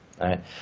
right